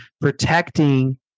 protecting